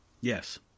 Yes